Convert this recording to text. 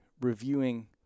reviewing